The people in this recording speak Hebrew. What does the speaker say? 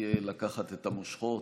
לקחת את המושכות.